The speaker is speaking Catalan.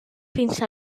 fins